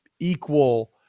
Equal